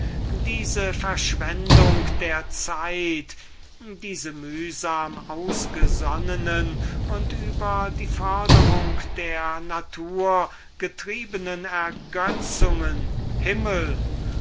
wird diese verschwendung der zeit diese mühsam ausgesonnenen und über die forderung der natur getriebenen ergötzungen himmel